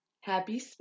happy